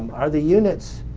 are the units